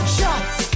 shots